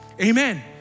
Amen